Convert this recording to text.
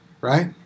Right